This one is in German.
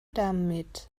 damit